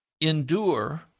endure